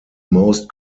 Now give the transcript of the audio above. most